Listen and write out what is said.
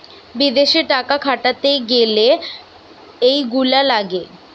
বিদেশে টাকা খাটাতে গ্যালে এইগুলা লাগে